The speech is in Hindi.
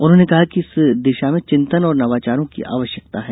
उन्होंने कहा कि इस दिशा में चिंतन और नवाचारों की आवश्यकता है